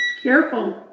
Careful